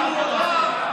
גם תוך כדי הצבעה הצלחתם.